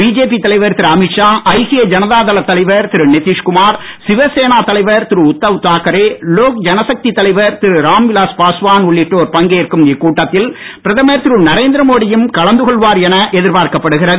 BJP தலைவர் திரு அமீத் ஷா ஐக்கிய ஜனதா தள தலைவர் திரு நிதிஷ்குமார் சிவசேனா தலைவர் திரு உத்தவ் தாக்கரே லோக் ஜனசக்தி தலைவர் திரு ராம்விலாஸ் பாஸ்வான் உள்ளிட்டோர் பங்கேற்கும் இக்கூட்டத்தில் பிரதமர் திரு நரேந்திரமோடியும் கலந்து கொள்வார் என எதிர்பார்க்கப்படுகிறது